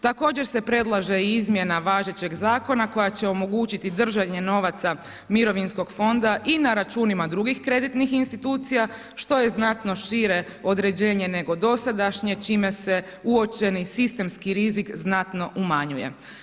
Također se predlaže i izmjena važećeg zakona koja će omogućiti držanje novaca mirovinskog fonda i na računima drugih kreditnih institucija što je znatno šire određenje nego do sadašnje čime se uočeni sistemski rizik znatno umanjuje.